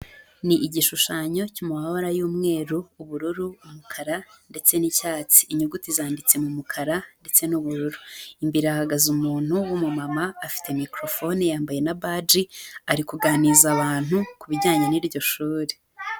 Ni igishushanyo cyo mu mabara y'umweru, ubururu, umukara ndetse n'icyatsi inyuguti zanditse mu mukara ndetse n'ubururu imbere ahagaze umuntu wu mu mama afite mikorofone yambaye na baji ariba kuganiriza abantu ku bijyanye n'iryo shuri.